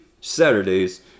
Saturdays